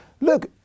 Look